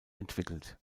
entwickelt